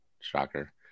Shocker